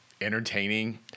entertaining